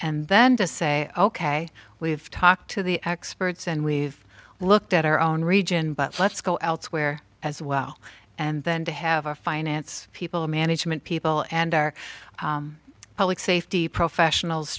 and then to say ok we've talked to the experts and we've looked at our own region but let's go elsewhere as well and then to have a finance people management people and our public safety professionals